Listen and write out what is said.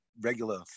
regular